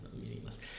meaningless